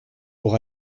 pour